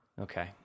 Okay